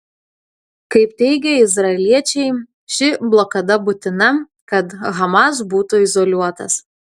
kaip teigia izraeliečiai ši blokada būtina kad hamas būtų izoliuotas